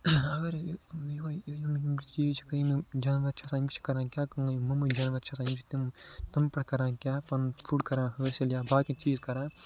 اَگر أسۍ یہِ یُہٕے یِم یِم چیٖز چھِ یِم یِم جاناوَار چھِ آسان یِم چھِ کران کیٛاہ کٲم مٕمٕتھۍ جاناوَار چھِ آسان یِم چھِ تِم تٔمۍ پٮ۪ٹھ کران کیٛاہ پَنُن فُڈ کران حٲصِل یا باقٕے چیٖز کران